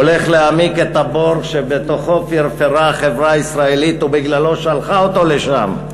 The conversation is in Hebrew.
הולך להעמיק את הבור שבתוכו פרפרה החברה הישראלית ובגללו שלחה אותו לשם.